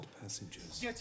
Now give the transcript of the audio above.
passengers